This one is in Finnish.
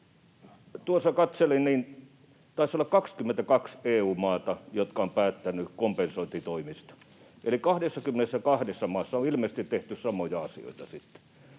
tuossa katselin, niin taisi olla 22 EU-maata, jotka ovat päättäneet kompensointitoimista. Eli 22 maassa on ilmeisesti tehty samoja asioita sitten,